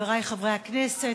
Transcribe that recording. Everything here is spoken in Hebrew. חברי חברי הכנסת,